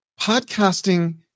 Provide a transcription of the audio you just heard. podcasting